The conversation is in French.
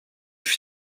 fut